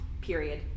Period